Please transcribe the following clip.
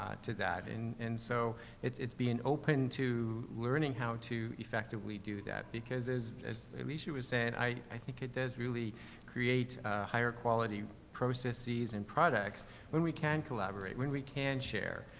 ah to that. an and so it's, it's being open to learning how to effectively do that. because as, as alicia was saying, i, i think it does really create a higher quality processes and products when we can collaborate when we can share,